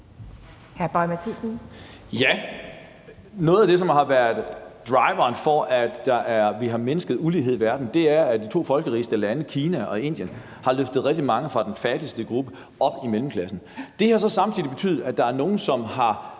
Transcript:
Noget af det, som har været driveren for, at vi har mindsket uligheden i verden, er, at de to folkerigeste lande, Kina og Indien, har løftet rigtig mange fra den fattigste gruppe op i mellemklassen. Det har så samtidig betydet, at der er nogle, som har